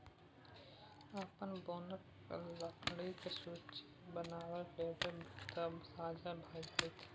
अपन बोनक लकड़ीक सूची बनाबय लेल बैसब तँ साझ भए जाएत